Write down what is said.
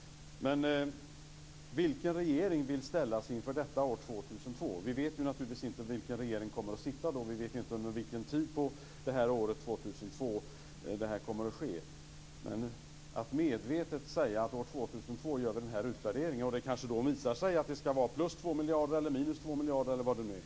Men vilken regering vill ställas inför detta år 2002? Vi vet naturligtvis inte vilken regering som kommer att sitta då. Vi vet inte under vilken tid år 2002 som det här kommer att ske. Man säger medvetet att man år 2002 gör den här utvärderingen. Men då kanske det visar sig att det skall vara plus 2 miljarder eller minus 2 miljarder, eller vad det nu är.